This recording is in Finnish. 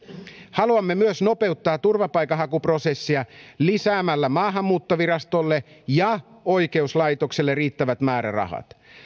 haluamme myös nopeuttaa turvapaikanhakuprosessia lisäämällä maahanmuuttovirastolle ja oikeuslaitokselle riittävät määrärahat